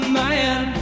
man